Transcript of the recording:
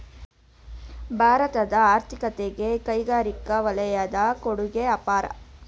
ಭಾರತದ ಆರ್ಥಿಕತೆಗೆ ಕೈಗಾರಿಕಾ ವಲಯದ ಕೊಡುಗೆ ಅಪಾರ